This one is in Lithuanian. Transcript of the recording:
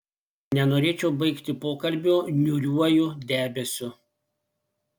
nenorėčiau baigti pokalbio niūriuoju debesiu